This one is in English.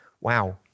Wow